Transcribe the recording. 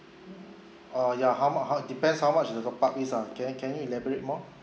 oh ya how much how it depends how much is the top up is ah can can you elaborate more